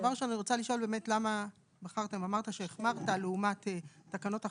דבר ראשון אני רוצה לשאול אמרת שהחמרת לעומת תקנות החשמל,